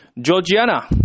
Georgiana